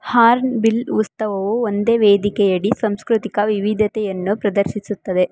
horn bill ಉತ್ಸವವು ಒಂದೇ ವೇದಿಕೆ ಅಡಿ ಸಾಂಸ್ಕೃತಿಕ ವಿವಿಧತೆಯನ್ನು ಪ್ರದರ್ಶಿಸುತ್ತದೆ